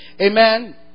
Amen